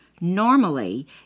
Normally